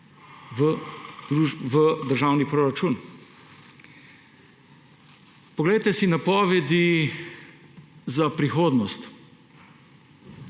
v državni proračun. Poglejte si napovedi za prihodnost.